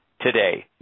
today